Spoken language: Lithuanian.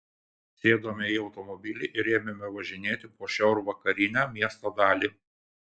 sėdome į automobilį ir ėmėme važinėti po šiaurvakarinę miesto dalį